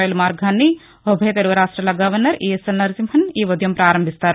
rail మార్గాన్ని ఉభయ తెలుగు రాష్ట్రాల గవర్నర్ ఇఎస్ఎల్ నరసింహన్ ఈ ఉదయం ప్రపారంభిస్తారు